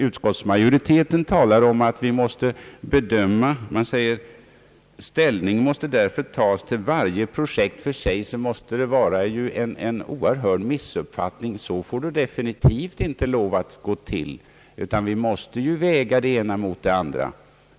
Utskottsmajoriteten säger: »Ställning måste därför tas till varje projekt för sig.» Det innebär enligt min åsikt en svår missuppfattning — så får det definitivt inte gå till, utan vi måste väga det ena mot det andra.